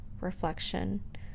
reflection